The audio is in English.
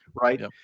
right